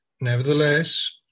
Nevertheless